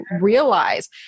realize